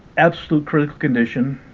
absolute critical condition